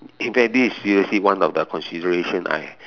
in fact this is seriously one of the consideration I